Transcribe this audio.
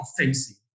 offensive